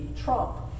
Trump